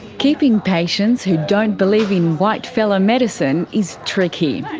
keeping patients who don't believe in white fella medicine is tricky. and